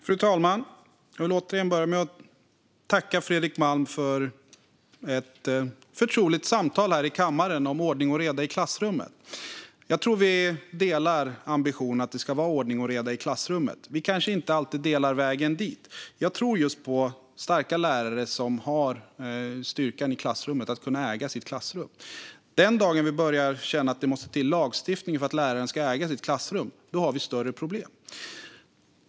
Fru talman! Jag vill återigen tacka Fredrik Malm för ett förtroligt samtal här i kammaren om ordning och reda i klassrummet. Jag tror att vi delar ambitionen att det ska vara ordning och reda i klassrummet. Men vi delar kanske inte alltid synen på vägen dit. Jag tror på starka lärare som har styrkan att äga sitt klassrum. Den dag vi börjar känna att det måste till lagstiftning för att läraren ska äga sitt klassrum har vi större problem.